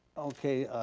okay,